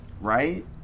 right